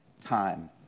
time